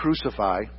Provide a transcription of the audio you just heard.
crucify